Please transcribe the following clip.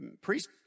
priest